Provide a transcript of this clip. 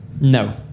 No